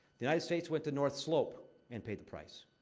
the united states went to north slope and paid the price.